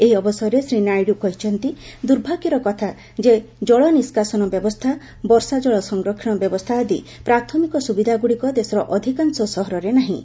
ଏହି ଅବସରରେ ଶ୍ରୀନାଇଡୁ କହିଛନ୍ତି ଯେ ଦୁର୍ଭାଗ୍ୟର କଥା ଯେ ଜଳ ନିଷ୍କାସନ ବ୍ୟବସ୍ଥା ବନ୍ୟା ଜଳ ସଂରକ୍ଷଣ ବ୍ୟବସ୍ଥା ପ୍ରାଥମିକ ସୁବିଧାଗୁଡିକ ଦେଶର ଅଧିକାଂଶ ସହରରେ ନାହିଁ